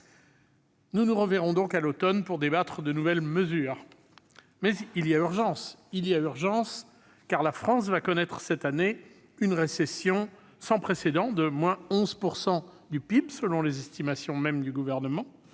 Nous nous reverrons donc à l'automne pour débattre de nouvelles mesures. Mais il y a urgence, car la France va connaître cette année une récession sans précédent de 11 % du PIB, selon les estimations gouvernementales,